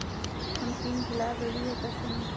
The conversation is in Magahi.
हम पिन भूला गई, कैसे मिलते?